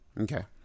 Okay